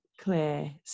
clear